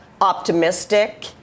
optimistic